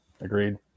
Agreed